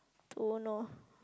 don't lor